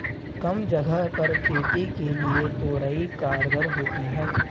कम जगह पर खेती के लिए तोरई कारगर होती है